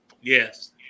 Yes